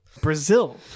Brazil